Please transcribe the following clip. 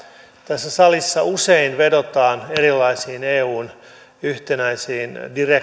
tässä salissa usein vedotaan erilaisiin eun yhtenäisiin